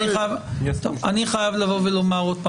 אני חייב לומר,